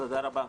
תודה רבה.